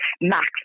Max